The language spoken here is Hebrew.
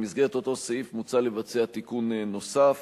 במסגרת אותו סעיף מוצע לבצע תיקון נוסף